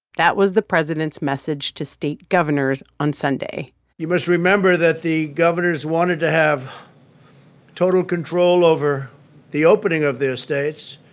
that was the president's message to state governors on sunday you must remember that the governors wanted to have total control over the opening of their states,